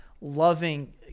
loving